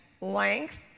length